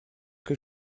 que